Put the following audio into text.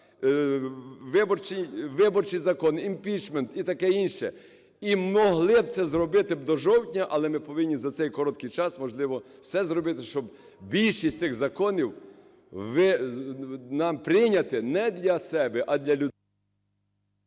виборчий закон, імпічмент і таке інше. І могли б це зробити до жовтня, але ми повинні за цей короткий час, можливо, все зробити, щоб більшість цих законів нам прийняти не для себе, а для людей.